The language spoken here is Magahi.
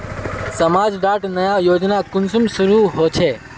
समाज डात नया योजना कुंसम शुरू होछै?